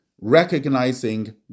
recognizing